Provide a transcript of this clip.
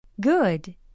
Good